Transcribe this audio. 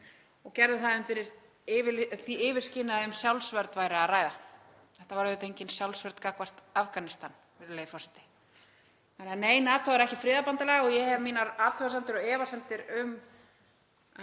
og gerði það undir því yfirskyni að um sjálfsvörn væri að ræða. Þetta var auðvitað engin sjálfsvörn gagnvart Afganistan, virðulegi forseti. Þannig að nei, NATO er ekki friðarbandalag og ég hef mínar athugasemdir og efasemdir um